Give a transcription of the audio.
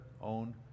own